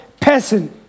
person